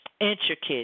intricate